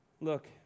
Look